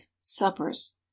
Suppers